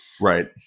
Right